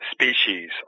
species